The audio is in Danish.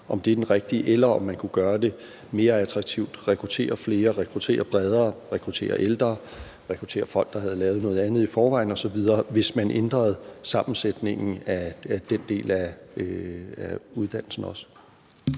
varer, er det rigtige, og om man kunne gøre det mere attraktivt og rekruttere flere, rekruttere bredere, rekruttere ældre, rekruttere folk, der havde lavet noget andet i forvejen osv., hvis man ændrede sammensætningen af den del af uddannelsen.